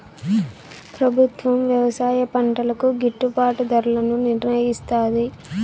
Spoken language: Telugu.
ప్రభుత్వం వ్యవసాయ పంటలకు గిట్టుభాటు ధరలను నిర్ణయిస్తాది